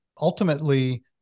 Ultimately